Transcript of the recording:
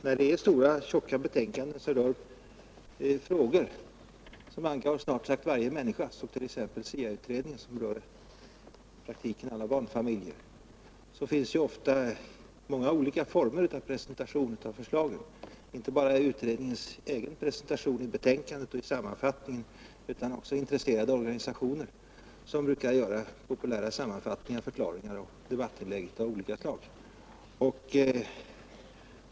När det är stora, tjocka betänkanden som rör frågor som angår snart sagt varje människa — t.ex. SIA-utredningen, som i praktiken rör alla barnfamiljer — finns det ofta många olika former av presentation av förslagen. Det finns inte bara utredningens egen presentation i betänkandet och i sammanfattningen, utan intresserade organisationer brukar också göra populära sammanfattningar av förslagen och debattinlägg av olika slag.